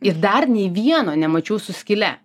ir dar nei vieno nemačiau su skyle